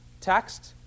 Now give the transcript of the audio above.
text